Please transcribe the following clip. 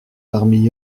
parmi